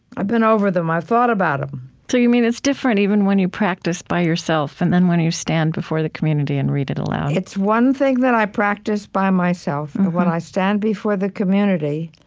i've been over them. i've thought about them so you mean it's different even when you practice by yourself, and then when you stand before the community and read it aloud it's one thing that i practice by myself, but when i stand before the community,